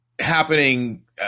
happening –